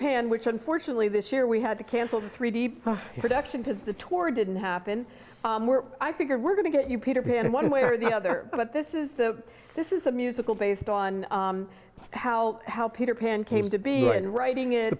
pan which unfortunately this year we had to cancel the three d production because the tour didn't happen i figured we're going to get you peter pan in one way or the other but this is the this is a musical based on how how peter pan came to be in writing it